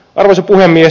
arvoisa puhemies